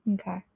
Okay